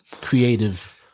creative